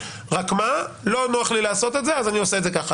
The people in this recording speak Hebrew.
רק מה לא נוח לי לעשות את זה אז אני עושה את זה ככה.